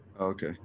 okay